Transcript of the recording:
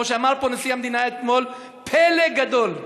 כמו שאמר פה נשיא המדינה אתמול: פלא גדול.